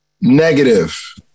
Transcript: Negative